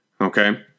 Okay